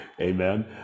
Amen